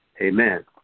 Amen